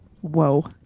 Whoa